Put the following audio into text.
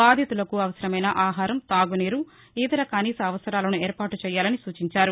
బాధితులకు అవసరమైన ఆహారం తాగునీరు ఇతర కనీస అవసరాలను ఏర్పాటు చేయాలని సూచించారు